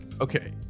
okay